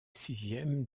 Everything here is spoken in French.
sixième